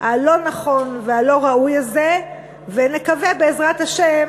הלא-נכון והלא-ראוי הזה, ונקווה, בעזרת השם,